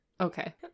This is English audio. Okay